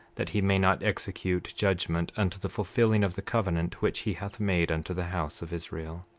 that he may not execute judgment unto the fulfilling of the covenant which he hath made unto the house of israel.